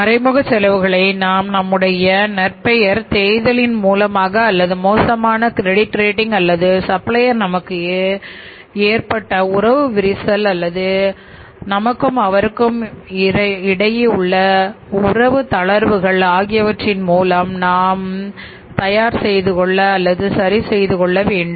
மறைமுக செலவுகளை நாம் நம்முடைய நற்பெயர் தேய்தலின் மூலமாக அல்லது மோசமான கிரெடிட் ரேட்டிங் அல்லது சப்ளையர் நமக்கு ஏற்பட்ட உறவு விரிசல் அல்லது இருக்கும் நமக்கும் உள்ள உறவு தளர்வுகள் ஆகியவைகளின் மூலம் நாம் தயார் செய்து கொள்ள வேண்டும்